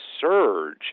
surge